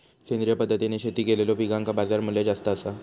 सेंद्रिय पद्धतीने शेती केलेलो पिकांका बाजारमूल्य जास्त आसा